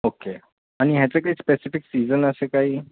okay आणि ह्याचं काही स्पेसिफिक सीजन असे काही